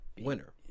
winner